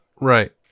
Right